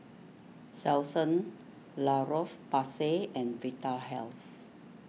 Selsun La Roche Porsay and Vitahealth